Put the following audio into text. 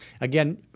Again